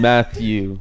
Matthew